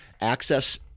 access